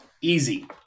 easy